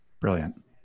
Brilliant